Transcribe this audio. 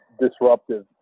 disruptive